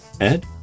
Ed